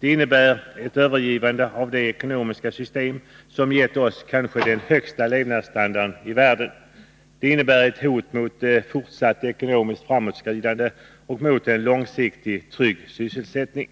Det innebär ett övergivande av det ekonomiska system som gett oss den kanske högsta levnadsstandarden i världen. Det innebär ett hot mot fortsatt ekonomiskt framåtskridande och mot en långsiktigt trygg sysselsättning.